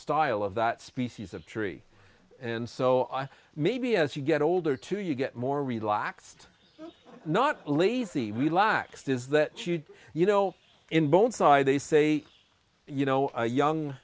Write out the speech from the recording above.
style of that species of tree and so i maybe as you get older too you get more relaxed not lazy relaxed is that you you know in bone side they say you know young